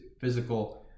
physical